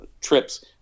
trips